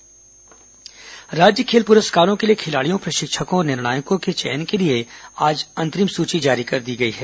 खेल पुरस्कार राज्य खेल पुरस्कारों के लिए खिलाड़ियों प्रशिक्षकों और निर्णायकों के चयन के लिए आज अंतरिम सूची जारी कर दी गई है